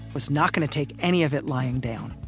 was not going to take any of it lying down